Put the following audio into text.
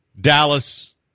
Dallas